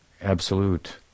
absolute